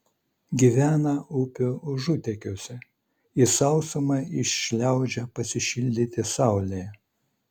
gyvena upių užutekiuose į sausumą iššliaužia pasišildyti saulėje